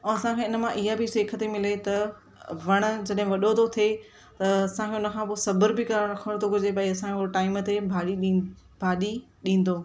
ऐं असांखे हिन मां इअं बि सीख थी मिले त वणु जॾहिं वॾो थो थिए त असांखे हुनखां पोइ सबरु बि रखणु थो घुरिजे भाई असांजो टाइम ते भाॼी भाॼी ॾींदो